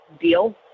deal